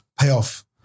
payoff